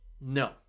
No